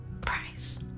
price